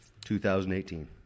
2018